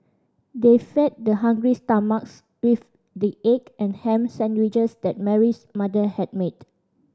they fed their hungry stomachs with the egg and ham sandwiches that Mary's mother had made